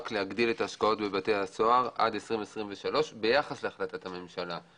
להגדיל את ההשקעות בבתי-הסוהר עד 2023 ביחס להחלטת הממשלה.